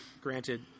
granted